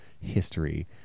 history